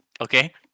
Okay